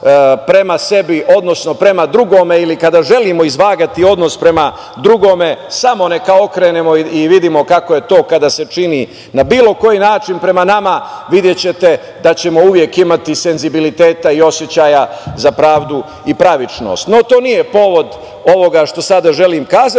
prema sebi, odnosno prema drugome ili kada želimo izvagati odnos prema drugome, samo neka okrenemo i vidimo kako je to kada se čini na bilo koji način prema nama, videćete da ćemo uvek imati senzibiliteta i osećaja za pravdu i pravičnost.No, to nije povod ovoga što sada želim kazati,